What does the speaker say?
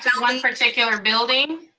one particular building?